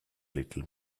little